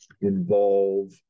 involve